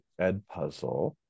Edpuzzle